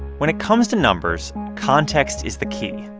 when it comes to numbers, context is the key.